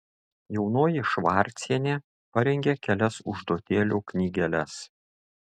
jaunoji švarcienė parengė kelias užduotėlių knygeles